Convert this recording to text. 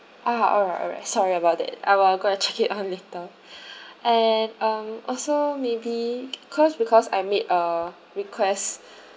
ah alright alright sorry about that I will I'll go and check it out later and um also maybe because because I made a request